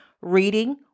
reading